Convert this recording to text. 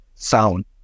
sound